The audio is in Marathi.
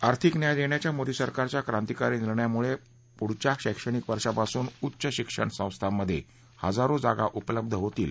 आर्थिक न्याय देण्याच्या मोदी सरकारच्या क्रांतिकारी निर्णयामुळे पुढच्या शैक्षणिक वर्षापासून उच्च शिक्षण संस्थांमध्ये हजारो जागा उपलब्ध होतील